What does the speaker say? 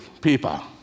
people